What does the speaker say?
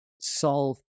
solve